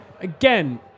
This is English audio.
again